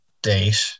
date